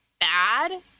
bad